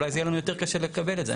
אולי זה יהיה לנו יותר קשה לקבל את זה.